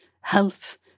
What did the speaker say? health